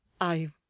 I